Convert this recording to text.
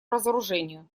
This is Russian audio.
разоружению